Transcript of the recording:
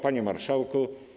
Panie Marszałku!